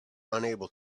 unable